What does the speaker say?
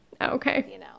Okay